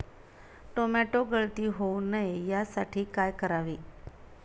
Tomato गळती होऊ नये यासाठी काय करावे?